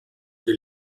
die